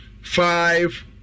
five